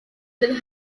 del